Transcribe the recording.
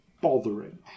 bothering